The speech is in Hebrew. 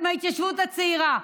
מההתיישבות הצעירה.